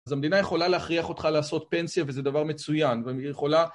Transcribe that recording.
אז המדינה יכולה להכריח אותך לעשות פנסיה, וזה דבר מצוין, והיא גם יכולה...